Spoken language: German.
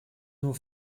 nur